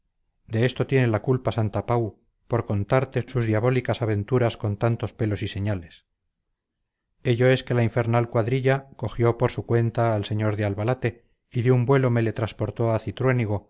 de esto tiene la culpa santapau por contarte sus diabólicas aventuras con tantos pelos y señales ello es que la infernal cuadrilla cogió por su cuenta al señor de albalate y de un vuelo me le transportó a